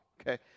Okay